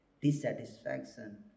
dissatisfaction